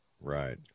Right